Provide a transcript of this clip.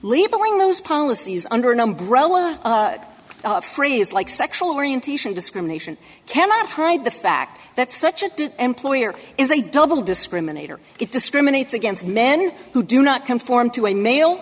labeling those policies under an umbrella of phrases like sexual orientation discrimination cannot hide the fact that such an employer is a double discriminator it discriminates against men who do not conform to a male